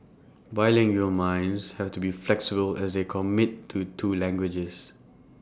bilingual minds have to be flexible as they commit to two languages